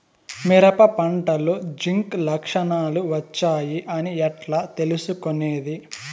మిరప పంటలో జింక్ లక్షణాలు వచ్చాయి అని ఎట్లా తెలుసుకొనేది?